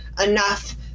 enough